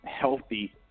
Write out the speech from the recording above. healthy